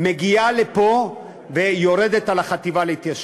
כל פעם מגיעה לפה ויורדת על החטיבה להתיישבות.